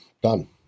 done